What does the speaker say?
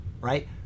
right